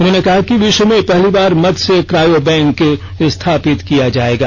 उन्होंने कहा कि विश्व में पहली बार मत्स्य क्रायो बैंक स्थापित किया जायेगा